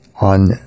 on